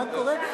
מה קורה?